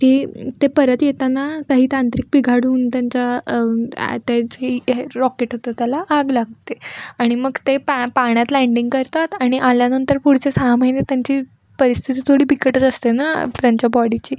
की ते परत येताना काही तांत्रिक बिघाड होऊन त्यांच्या त्यांचं हे रॉकेट होतं त्याला आग लागते आणि मग ते पा पाण्यात लँडिंग करतात आणि आल्यानंतर पुढच्या सहा महिने त्यांची परिस्थिती थोडी बिकटच असते ना त्यांच्या बॉडीची